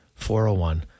401